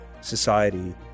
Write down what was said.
society